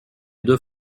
deux